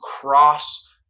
cross